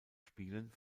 spielen